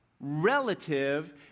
relative